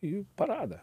į paradą